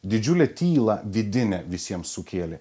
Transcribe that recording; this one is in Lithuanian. didžiulę tylą vidinę visiems sukėlė